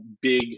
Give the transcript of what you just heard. big